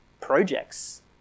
projects